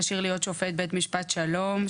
כשיר להיות שופט בית משפט שלום,